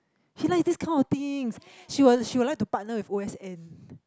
she likes this kind of things she will she will like to partner with O_S_N